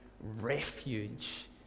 refuge